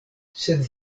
sed